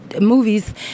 movies